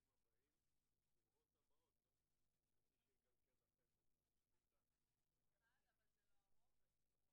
בוקר טוב, אני מתכבד לפתוח את ועדת העבודה, הרווחה